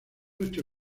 ocho